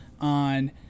on